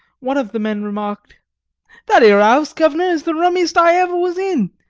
one of the men remarked that ere ouse, guv'nor, is the rummiest i ever was in.